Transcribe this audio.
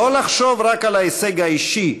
לא לחשוב רק על ההישג האישי,